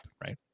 right